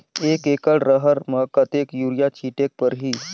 एक एकड रहर म कतेक युरिया छीटेक परही?